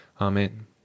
amen